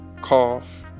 cough